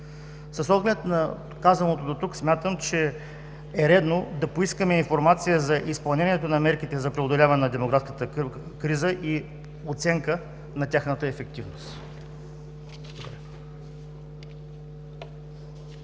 С оглед на казаното дотук смятам, че е редно да поискаме информация за изпълнението на мерките за преодоляване на демографската криза и оценка на тяхната ефективност.